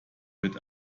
wird